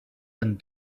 and